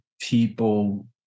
people